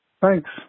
Thanks